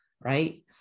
right